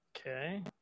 Okay